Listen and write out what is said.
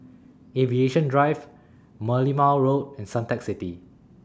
Aviation Drive Merlimau Road and Suntec City